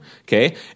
okay